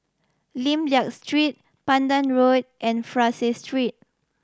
Lim Liak Street Pandan Road and Fraser Street